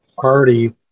party